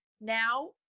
Now